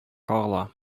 кагыла